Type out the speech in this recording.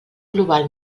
global